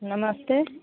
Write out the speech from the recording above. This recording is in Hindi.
नमस्ते